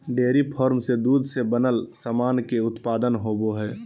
dairy farm से दूध से बनल सामान के उत्पादन होवो हय